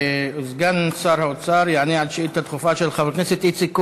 סגן שר האוצר יענה על שאילתה דחופה של חבר הכנסת איציק כהן.